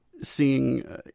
seeing